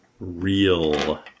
real